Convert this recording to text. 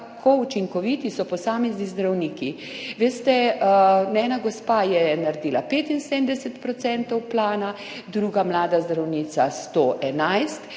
kako učinkoviti so posamezni zdravniki. Veste, ena gospa je naredila 75 % plana, druga, mlada zdravnica 111 %,